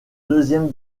deuxième